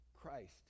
Christ